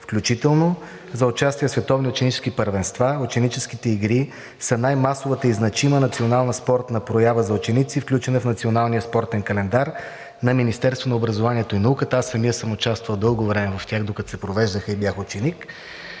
включително за участие в световни ученически първенства. Ученическите игри са най-масовата и значима национална спортна проява за ученици, включена в Националния спортен календар на Министерството на образованието и науката. Аз самият съм участвал дълго време в тях, докато се провеждаха и бях ученик.